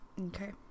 Okay